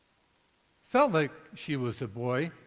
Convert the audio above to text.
felt like she was a boy,